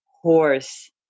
horse